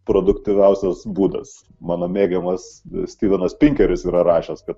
produktyviausias būdas mano mėgiamas styvenas pinkeris yra rašęs kad